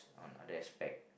on other aspect